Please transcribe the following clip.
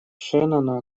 шеннона